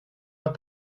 pas